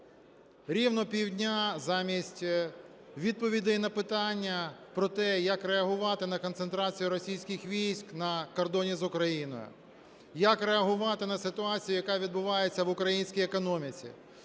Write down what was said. Рівно пів дня замість відповідей на питання про те, як реагувати на концентрацію російських військ на кордоні з Україною, як реагувати на ситуацію, яка відбувається в українській економіці,